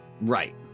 Right